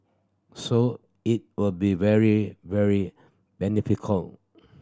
so it will be very very beneficial